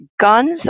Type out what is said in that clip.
guns